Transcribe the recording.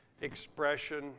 expression